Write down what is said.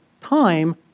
time